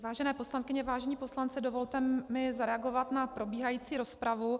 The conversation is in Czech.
Vážené poslankyně, vážení poslanci, dovolte mi zareagovat na probíhající rozpravu.